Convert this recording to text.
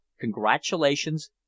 congratulations